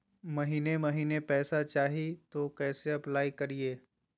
महीने महीने पैसा चाही, तो कैसे अप्लाई करिए?